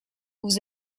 vous